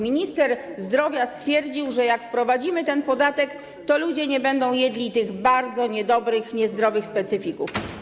Minister zdrowia stwierdził, że jak wprowadzimy ten podatek, to ludzie nie będą jedli tych bardzo niedobrych, niezdrowych specyfików.